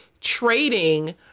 trading